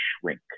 shrink